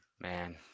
man